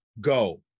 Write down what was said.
go